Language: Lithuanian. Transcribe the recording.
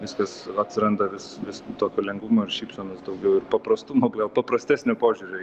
viskas atsiranda vis vis tokio lengvumo ir šypsenų daugiau ir paprastumo paprastesnio požiūrio